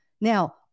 Now